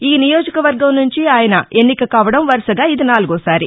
ఈ నియోజకవర్గం నుంచి ఆయన ఎన్నిక కావడం వరుసగా ఇది నాలుగోసారి